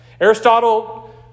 Aristotle